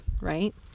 right